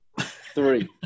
three